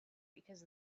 because